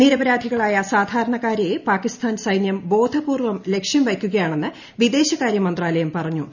നിരപരാധികളായ സാധാരണക്കാരെ പാകിസ്ഥാൻ സൈന്യം ബോധപൂർവം ലക്ഷ്യം വയ്ക്കുകയാണെന്ന് വിദേശകാര്യ മന്ത്രാലയം പറഞ്ഞു